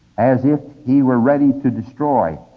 as if he were ready to destroy?